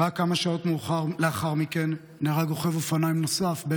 רק כמה שעות לאחר מכן נהרג רוכב אופניים נוסף,